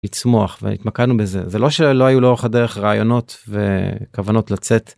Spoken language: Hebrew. לצמוח, והתמקדנו בזה זה לא שלא היו לאורך הדרך רעיונות וכוונות לצאת.